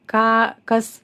ką kas